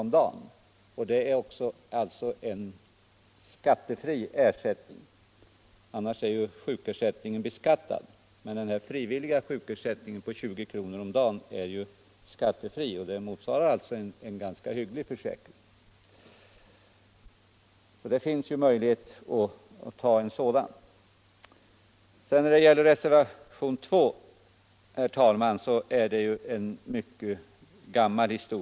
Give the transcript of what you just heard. om dagen, och den är till skillnad från annan sjukpenning inte skattepliktig. Det motsvarar alltså en ganska hygglig försäkring. Reservationen 2, herr talman, berör en mycket gammal fråga.